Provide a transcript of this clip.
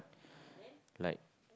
like